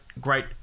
great